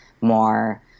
more